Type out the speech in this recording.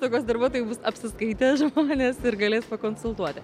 tokios darbuotojų bus apsiskaitę žmonės ir galės pakonsultuoti